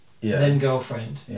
then-girlfriend